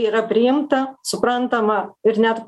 yra priimta suprantama ir net